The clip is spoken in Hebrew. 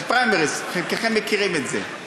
זה פריימריז, חלקכם מכירים את זה.